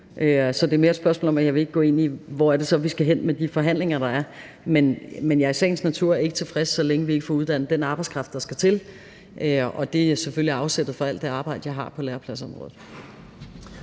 Det er mere et spørgsmål om, at jeg ikke vil gå ind i, hvor vi skal hen med de forhandlinger, der er. Men jeg er i sagens natur ikke tilfreds, så længe vi ikke får uddannet den arbejdskraft, der skal til. Det er selvfølgelig afsættet for alt det arbejde, jeg har på lærepladsområdet.